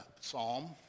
Psalm